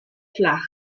flach